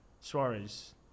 suarez